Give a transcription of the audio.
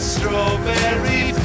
Strawberry